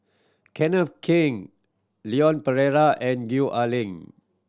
Kenneth Keng Leon Perera and Gwee Ah Leng